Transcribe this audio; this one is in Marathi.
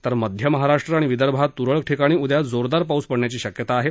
तर मध्य महाराष्ट्र आणि विदर्भात तुरळक ठिकाणी उद्या जोरदार पाऊस पडण्याची शक्यता आहे